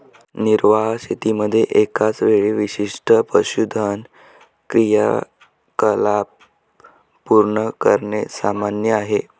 निर्वाह शेतीमध्ये एकाच वेळी विशिष्ट पशुधन क्रियाकलाप पूर्ण करणे सामान्य आहे